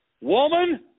Woman